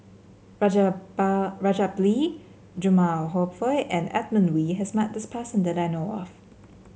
Rajabali Jumabhoy and Edmund Wee has met this person that I know of